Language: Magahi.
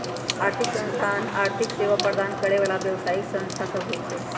आर्थिक संस्थान आर्थिक सेवा प्रदान करे बला व्यवसायि संस्था सब होइ छै